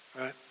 right